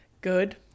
good